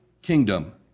kingdom